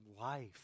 life